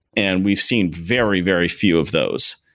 and we've seen very, very few of those.